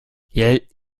jetzt